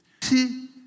See